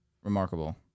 Remarkable